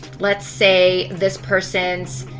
let's say this person's